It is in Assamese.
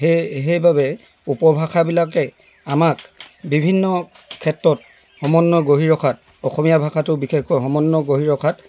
সেই সেইবাবে উপভাষাবিলাকে আমাক বিভিন্ন ক্ষেত্ৰত সমন্বয় গঢ়ি ৰখাত অসমীয়া ভাষাটো বিশেষকৈ সমন্বয় গঢ়ি ৰখাত